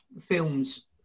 films